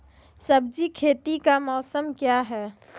सब्जी खेती का मौसम क्या हैं?